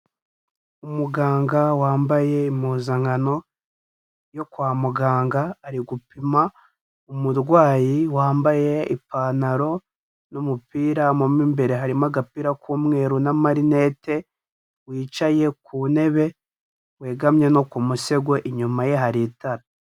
Umuganga wambaye impuzankano yo kwa muganga, ari gupima umurwayi wambaye ipantaro n'umupira, mo imbere harimo agapira k'umweru n'amarinete, wicaye ku ntebe, wegamye no ku musego, inyuma ye hari itara.